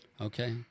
okay